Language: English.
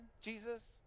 Jesus